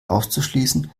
auszuschließen